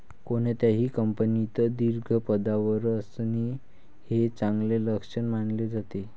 कोणत्याही कंपनीत दीर्घ पदावर असणे हे चांगले लक्षण मानले जाते